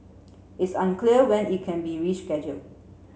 it's unclear when it can be rescheduled